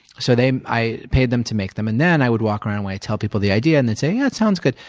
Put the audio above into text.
so i paid them to make them and then i would walk around, when i'd tell people the idea, and they'd say, yeah, that sounds good,